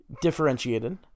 differentiated